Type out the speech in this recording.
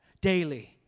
Daily